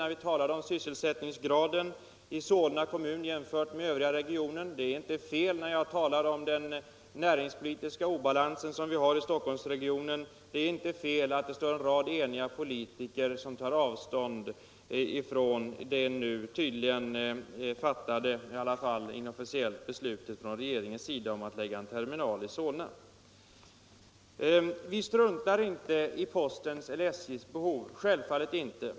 Vad som framförts om sysselsättningsgraden i Solna kommun jämfört med övriga kommuner i regionen var inte felaktigt, inte heller de synpunkter jag framförde beträffande den näringspolitiska obalans vi har i Stockholmsregionen och mitt påstående att en rad eniga politiker tar avstånd från regeringens åtminstone inofficiella beslut att förlägga en terminal till Solna. Vi struntar inte i postens eller SJ:s behov, självfallet inte.